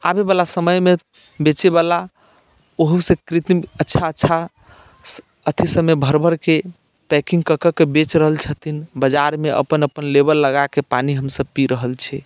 आबयवला समयमे बेचैवला ओहोसँ कृत्रिम अच्छा अच्छा अथी सभमे भरि भरिके पैकिंग कऽ कऽ के बेच रहल छथिन बाजारमे अपन अपन लेबल लगाके पानि हमसभ पी रहल छी